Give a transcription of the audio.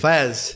Faz